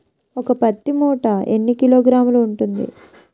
ఒక పత్తి మూట ఎన్ని కిలోగ్రాములు ఉంటుంది?